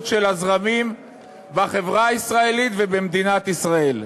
של הזרמים בחברה הישראלית ובמדינת ישראל.